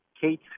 Kate